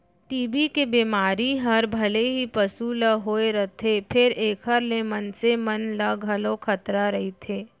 TB के बेमारी हर भले ही पसु ल होए रथे फेर एकर ले मनसे मन ल घलौ खतरा रइथे